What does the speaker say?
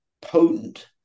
potent